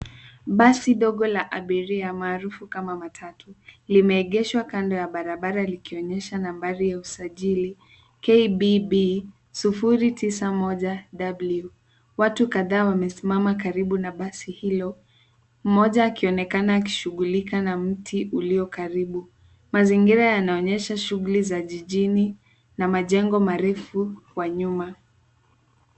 Basi dogo la abiria, maarufu kama matatu limeegeshwa kando ya barabara likionyesha nambari ya usajili KBB 091W. Watu kadhaa wamesimama karibu na basi hilo mmoja akionekana akishughulika na mti ulio karibu. Mazingira yanaonyesha shughuli za jijini na majengo marefu kwa nyuma.